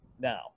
now